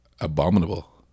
Abominable